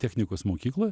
technikos mokykloj